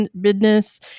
business